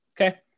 okay